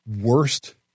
worst